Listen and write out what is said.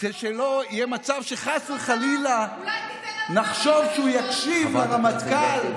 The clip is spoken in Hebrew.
כדי שלא יהיה מצב שחס וחלילה נחשוב שהוא יקשיב לרמטכ"ל,